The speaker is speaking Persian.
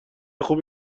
خوب